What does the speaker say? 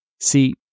See